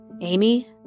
Amy